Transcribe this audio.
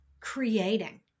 creating